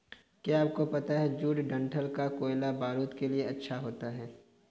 क्या आपको पता है जूट डंठल का कोयला बारूद के लिए अच्छा होता है